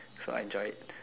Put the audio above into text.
so I enjoy it